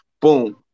boom